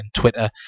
Twitter